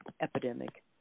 epidemic